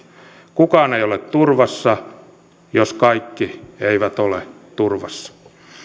kukaan ei ole turvassa jos kaikki eivät ole turvassa